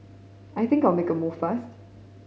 I think I'll make a move first